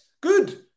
good